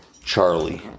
Charlie